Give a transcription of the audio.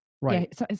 right